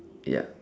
ya